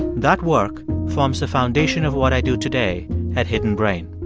that work forms the foundation of what i do today at hidden brain.